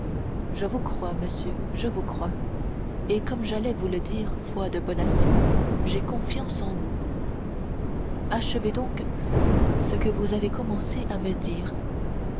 je vous crois monsieur je vous crois et comme j'allais vous le dire foi de bonacieux j'ai confiance en vous achevez donc ce que vous avez commencé à me dire